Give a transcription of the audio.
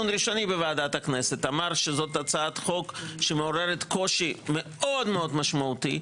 ראשוני בוועדת הכנסת אמר שזו הצעת חוק שמעוררת קושי מאוד-מאוד משמעותי,